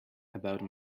about